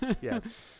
Yes